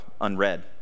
unread